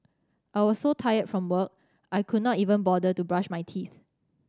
I was so tired from work I could not even bother to brush my teeth